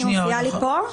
היא מופיעה לי פה.